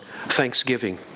Thanksgiving